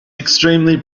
extremely